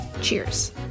Cheers